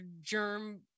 germ